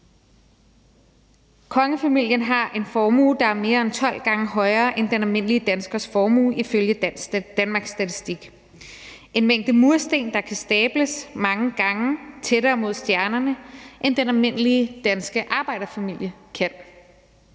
Kongefamilien har en formue, der er mere end 12 gange højere end den almindelige danskers formue ifølge Danmarks Statistik. Der er tale om en mængde mursten, der kan stables mange gange tættere mod stjernerne, end den almindelige danske arbejderfamilie kan.